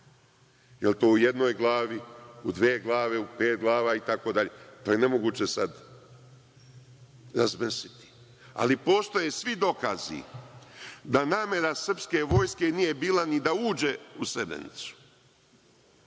je to u jednoj glavi, u dve glave, u pet glava itd. To je nemoguće sada razmrsiti, ali postoje svi dokazi da namera srpske vojske nije bila ni da uđe u Srebrenicu.